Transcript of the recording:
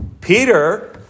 Peter